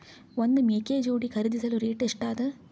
ಒಂದ್ ಮೇಕೆ ಜೋಡಿ ಖರಿದಿಸಲು ರೇಟ್ ಎಷ್ಟ ಅದ?